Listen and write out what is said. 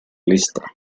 lista